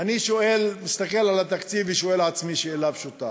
אני מסתכל על התקציב ושואל את עצמי שאלה פשוטה: